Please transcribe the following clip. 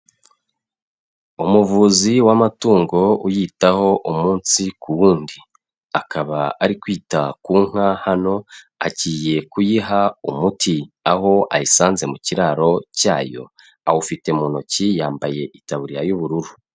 Umuvuzi w'amatungo uyitaho umunsi ku wundi, akaba ari kwita ku nka hano agiye kuyiha umuti, aho ayisanze mu kiraro cyayo, awufite mu ntoki yambaye itaburiya y'ubururu.